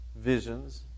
visions